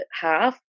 half